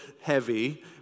heavy